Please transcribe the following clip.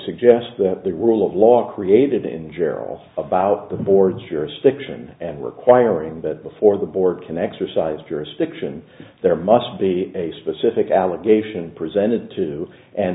suggest that the rule of law created in general about the board's jurisdiction and requiring that before the board can exercise jurisdiction there must be a specific allegation presented to and